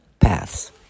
paths